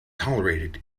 tolerated